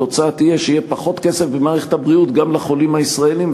התוצאה תהיה שיהיה פחות כסף במערכת הבריאות גם לחולים הישראלים,